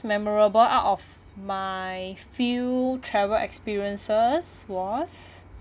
memorable out of my few travel experiences was